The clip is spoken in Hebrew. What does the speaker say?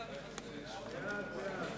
(תיקון),